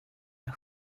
här